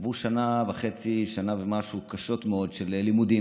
הם עברו שנה ומשהו קשות מאוד של לימודים,